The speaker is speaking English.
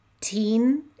teen